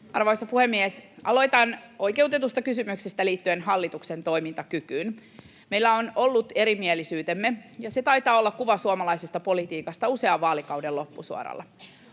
Arvoisa puhemies! Aloitan oikeutetusta kysymyksestä liittyen hallituksen toimintakykyyn. Meillä on ollut erimielisyytemme, ja se taitaa olla kuva suomalaisesta politiikasta usean vaalikauden loppusuoralla.